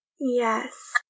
Yes